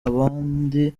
abandi